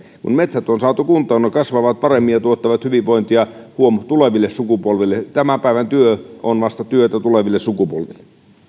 kun metsät on saatu kuntoon ne kasvavat paremmin ja tuottavat hyvinvointia huom tuleville sukupolville tämän päivän työ on vasta työtä tuleville sukupolville